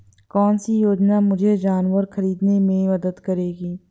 कौन सी योजना मुझे जानवर ख़रीदने में मदद करेगी?